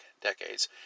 decades